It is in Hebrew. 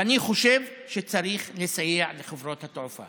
ואני חושב שצריך לסייע לחברות התעופה